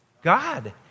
God